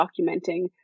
documenting